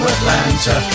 Atlanta